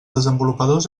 desenvolupadors